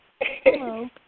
Hello